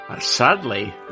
sadly